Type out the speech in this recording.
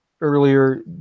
earlier